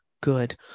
Good